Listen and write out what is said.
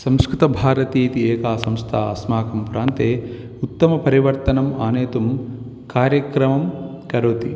संस्कृतभारतीति एका संस्था अस्माकं प्रान्ते उत्तमपरिवर्तनम् आनेतुं कार्यक्रमं करोति